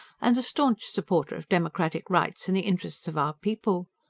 and a staunch supporter of democratic rights and the interests of our people.